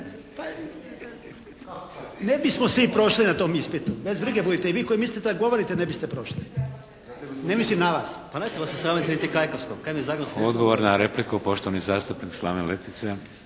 Ne bismo svi prošli na tom ispitu. Bez brige i vi koji mislite da je govorite, ne biste prošli. Ne mislim na vas. …/Upadica se ne razumije./… **Šeks, Vladimir (HDZ)** Odgovor na repliku, poštovani zastupnik Slaven Letica.